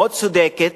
מאוד צודקת.